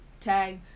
tag